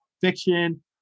fiction